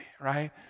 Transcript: right